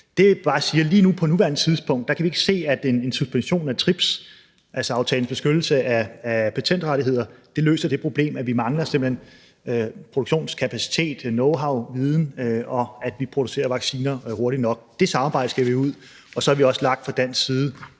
Det, jeg bare siger, er, at på nuværende tidspunkt kan vi ikke se, at en suspension af TRIPS, altså aftalen om beskyttelse af patentrettigheder, løser det problem, at vi simpelt hen mangler produktionskapacitet, knowhow, viden, og at vi ikke producerer vacciner hurtigt nok. Det samarbejde skal vi have ud, og så har vi også fra dansk side,